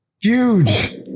Huge